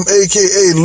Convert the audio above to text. aka